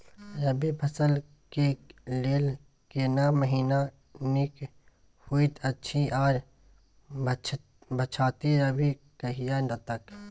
रबी फसल के लेल केना महीना नीक होयत अछि आर पछाति रबी कहिया तक?